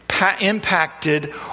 impacted